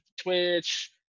Twitch